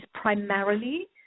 primarily